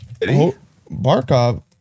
Barkov